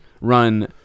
run